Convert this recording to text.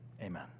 Amen